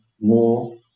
more